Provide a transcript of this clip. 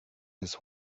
his